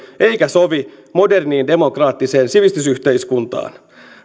eikä sovi moderniin demokraattiseen sivistysyhteiskuntaan